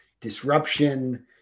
disruption